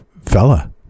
fella